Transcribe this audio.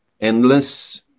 endless